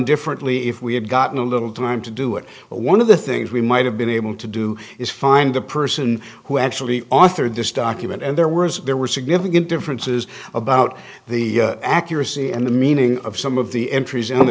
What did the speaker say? differently if we had gotten a little time to do it one of the things we might have been able to do is find the person who actually authored this document and there were there were significant differences about the accuracy and the meaning of some of the entries in the